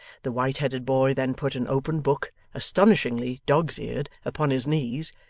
the white-headed boy then put an open book, astonishingly dog's-eared upon his knees,